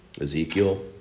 Ezekiel